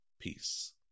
Peace